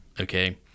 okay